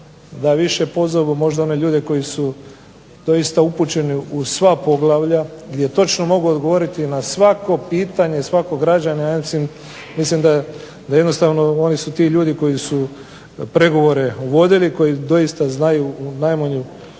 da više pozovu one ljude koji su doista upućeni u sva poglavlja, gdje točno mogu odgovoriti na svako pitanje svakog građanina, mislim da jednostavno oni su ti ljudi koji su pregovore vodili i da su ljudi koji znaju najmanju